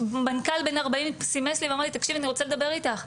מנכ"ל בן 40 סימס לי ואמר לי 'תקשיבי אני רוצה לדבר איתך,